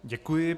Děkuji.